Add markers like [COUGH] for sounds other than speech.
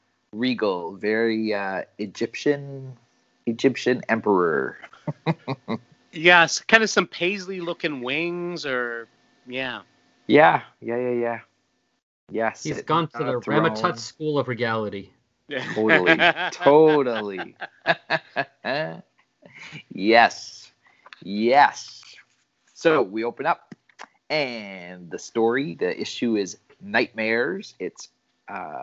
Regal, very, uh, Egyptian- Egyptian emperor. [LAUGHS] Yes, kinda some paisley looking wings or- yeah. Yeah, yeah, yeah, yeah. Yes, He's it- gone to the a Ramatut throne. School of Regality. Yeah. Totally, [LAUGHS] totally. Yes, yes. So, we open up, and the story, the issue is nightmares. It's, uh,